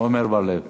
עמר בר-לב.